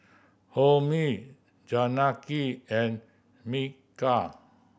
Homi Janaki and Milkha